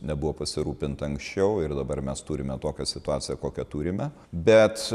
nebuvo pasirūpinta anksčiau ir dabar mes turime tokią situaciją kokią turime bet